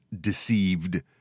deceived